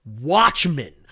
Watchmen